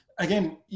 Again